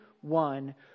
one